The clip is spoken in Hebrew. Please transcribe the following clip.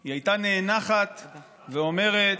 היא הייתה נאנחת ואומרת: